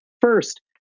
first